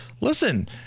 listen